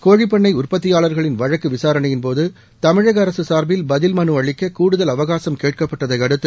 கோழிப்பன்னை உற்பத்தியாளர்களின் வழக்கு விசாரணையின்போது தமிழக அரசு சார்பில் பதில் மனு அளிக்க கூடுதல் அவகாசம் கேட்கப்பட்டதை அடுத்து